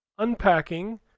Unpacking